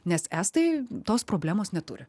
nes estai tos problemos neturi